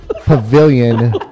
pavilion